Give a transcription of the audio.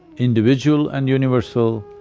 individual and universal,